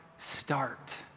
Start